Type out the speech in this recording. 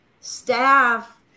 staff